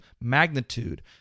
magnitude